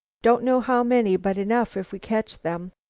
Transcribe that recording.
don't know how many, but enough if we catch them.